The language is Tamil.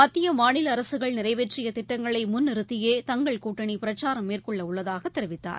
மத்திய மாநில அரசுகள் நிறைவேற்றிய திட்டங்களை முன்நிறுத்தியே தங்கள் கூட்டணி பிரச்சாரம் மேற்கொள்ள உள்ளதாக தெரிவித்தார்